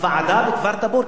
הוועדה בכפר-תבור,